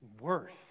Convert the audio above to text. worth